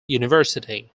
university